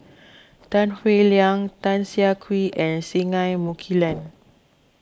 Tan Howe Liang Tan Siah Kwee and Singai Mukilan